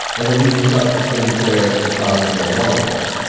and the legal stuff, suspending players for positive marijuana tests.